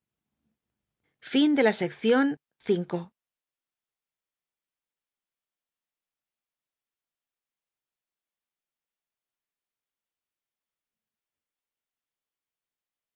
es la acción